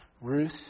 Ruth